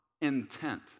intent